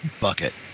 Bucket